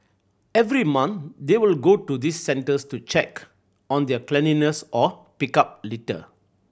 every month they would go to these centres to check on their cleanliness or pick up litter